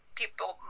people